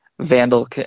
Vandal